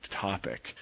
topic